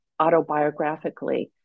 autobiographically